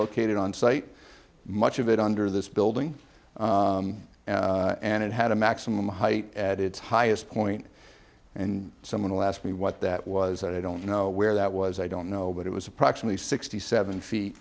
located on site much of it under this building and it had a maximum height at its highest point and someone will ask me what that was i don't know where that was i don't know but it was approximately sixty seven feet